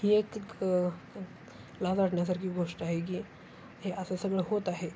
ही एक लाज वाटण्यासारखी गोष्ट आहे की हे असं सगळं होत आहे